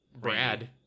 Brad